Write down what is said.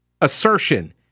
assertion